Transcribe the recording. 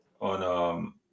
on